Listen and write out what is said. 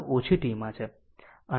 અનંત કરતાં